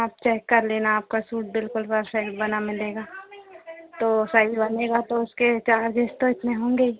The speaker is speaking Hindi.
आप चेक कर लेना आपका सूट बिल्कुल परफ़ेक्ट बना मिलेगा तो साइज बनेगा तो उसके चार्जेस तो इतने होंगे ही